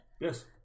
Yes